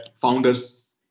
founders